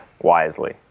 wisely